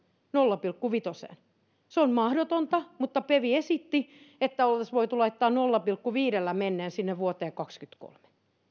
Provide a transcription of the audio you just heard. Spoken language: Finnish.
nolla pilkku viiteen se se on mahdotonta mutta pev esitti että oltaisiin voitu laittaa nolla pilkku viidellä mennen sinne vuoteen kaksikymmentäkolme